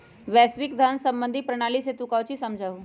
वैश्विक धन सम्बंधी प्रणाली से तू काउची समझा हुँ?